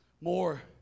More